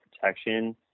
protection